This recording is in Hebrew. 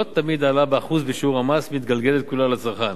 לא תמיד ההעלאה באחוז בשיעור המס מתגלגלת כולה לצרכן.